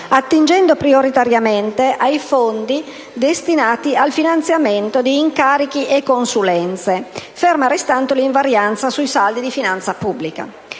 attingendo prioritariamente ai fondi destinati al finanziamento di incarichi e consulenze, ferma restando l'invarianza sui saldi di finanza pubblica.